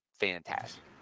fantastic